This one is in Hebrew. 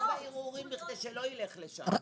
לא, ארבעה ערעורים בכדי שלא יילך לשם.